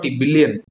billion